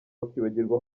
bakibagirwa